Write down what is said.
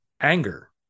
anger